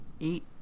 eight